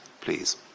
please